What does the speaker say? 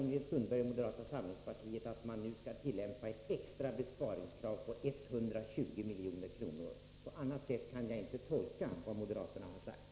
Ingrid Sundberg och moderata samlingspartiet menar att man nu skall tillämpa ett extra besparingskrav på 120 milj.kr.; på något annat sätt kan jag inte tolka vad moderaterna har sagt.